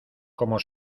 como